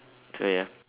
so ya